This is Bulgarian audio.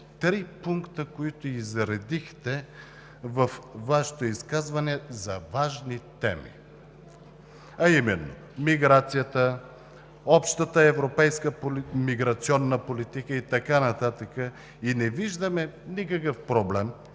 три пункта, които изредихте във Вашето изказване за важните теми, а именно миграцията, общата европейска миграционна политика и така нататък. И не виждаме никакъв проблем